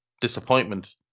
disappointment